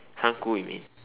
三姑 you mean